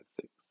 six